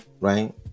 right